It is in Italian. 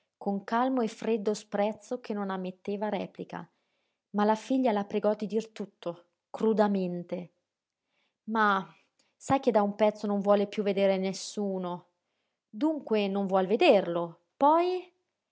con calmo e freddo sprezzo che non ammetteva replica ma la figlia la pregò di dir tutto crudamente mah sai che da un pezzo non vuole piú vedere nessuno dunque non vuol vederlo poi